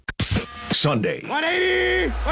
Sunday